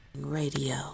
radio